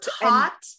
taught